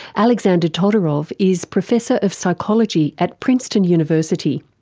alexander todorov is professor of psychology at princeton university.